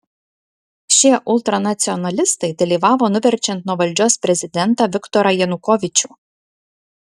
šie ultranacionalistai dalyvavo nuverčiant nuo valdžios prezidentą viktorą janukovyčių